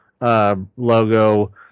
logo